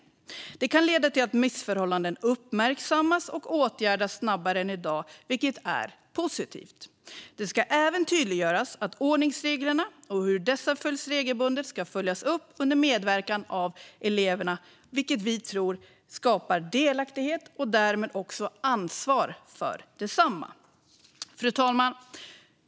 Det kan leda till att missförhållanden uppmärksammas och åtgärdas snabbare än i dag, vilket är positivt. Det ska även tydliggöras att ordningsreglerna och hur dessa följs regelbundet ska följas upp under medverkan av eleverna, vilket vi tror skapar delaktighet och därmed också ansvar för dessa regler. Fru talman!